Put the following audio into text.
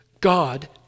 God